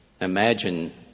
Imagine